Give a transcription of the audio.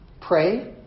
Pray